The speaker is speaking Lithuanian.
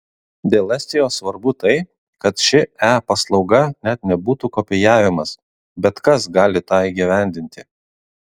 dėl estijos svarbu tai kad ši e paslauga net nebūtų kopijavimas bet kas gali tą įgyvendinti